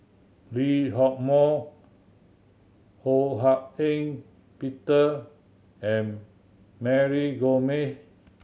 Lee Hock Moh Ho Hak Ean Peter and Mary Gomes